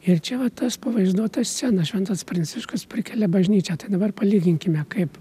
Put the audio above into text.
ir čia va tas pavaizduota scena šventas pranciškus prikelia bažnyčią tai dabar palyginkime kaip